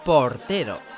Portero